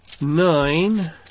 nine